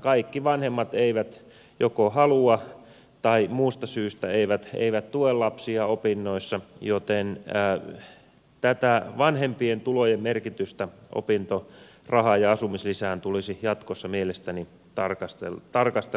kaikki vanhemmat eivät joko halua tukea tai muusta syystä eivät tue lapsia opinnoissa joten tätä vanhempien tulojen merkitystä opintorahaan ja asumislisään tulisi jatkossa mielestäni tarkastella paremmin